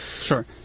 sure